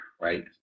right